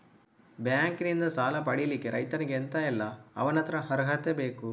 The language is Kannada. ಬ್ಯಾಂಕ್ ನಿಂದ ಸಾಲ ಪಡಿಲಿಕ್ಕೆ ರೈತನಿಗೆ ಎಂತ ಎಲ್ಲಾ ಅವನತ್ರ ಅರ್ಹತೆ ಬೇಕು?